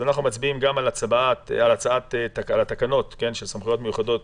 אז אנחנו מצביעים גם על התקנות של סמכויות מיוחדות